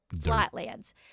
Flatlands